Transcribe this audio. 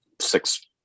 Six